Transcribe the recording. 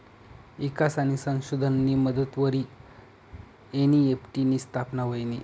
ईकास आणि संशोधननी मदतवरी एन.ई.एफ.टी नी स्थापना व्हयनी